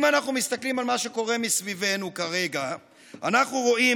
אם אנחנו מסתכלים על מה שקורה מסביבנו כרגע אנחנו רואים